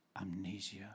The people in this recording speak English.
amnesia